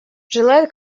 желает